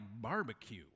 barbecue